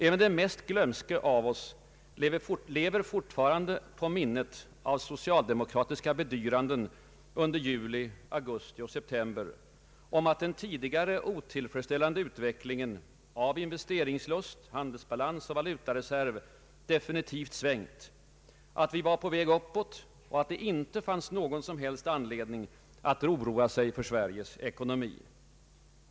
Även den mest glömske av oss lever fortfarande på minnet av socialdemokratiska bedyranden under juli, augusti och september om att den tidigare otillfredsställande utvecklingen av investeringslust, handelsbalans och valutareserv definitivt svängt, att vi var på väg uppåt och att det inte fanns någon som helst anledning att oroa sig för Sveriges ekonomi.